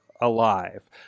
alive